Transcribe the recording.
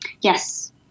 Yes